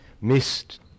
missed